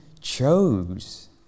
chose